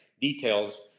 details